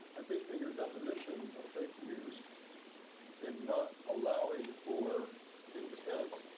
i think in your definition of fake news in not allowing for intent